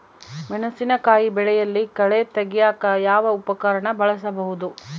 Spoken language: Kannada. ಮೆಣಸಿನಕಾಯಿ ಬೆಳೆಯಲ್ಲಿ ಕಳೆ ತೆಗಿಯಾಕ ಯಾವ ಉಪಕರಣ ಬಳಸಬಹುದು?